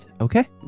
Okay